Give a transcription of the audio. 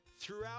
Throughout